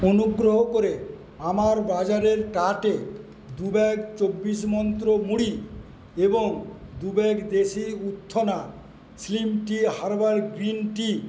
অনুগ্রহ করে আমার বাজারের কার্টে দু ব্যাগ চব্বিশ মন্ত্র মুড়ি এবং দু ব্যাগ দেশি উত্থনা স্লিম টি হার্বাল গ্রিন টি